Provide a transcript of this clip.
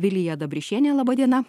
vilija dabrišienė laba diena